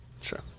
Sure